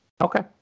Okay